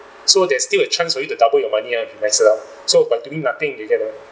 so there's still a chance for you to double your money uh max it out so by doing nothing you get uh